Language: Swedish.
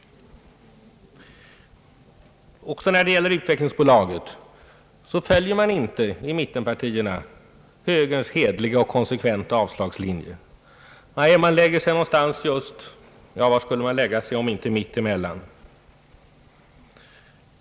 Också när det gäller utvecklingsbolaget följer inte mittenpartierna högerns hederliga och konsekventa avslagslinje. Nej, man lägger sig någon stans — ja, var annars om inte mitt emellan?